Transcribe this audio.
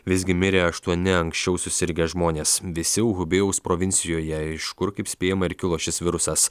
visgi mirė aštuoni anksčiau susirgę žmonės visi hubėjaus provincijoje iš kur kaip spėjama ir kilo šis virusas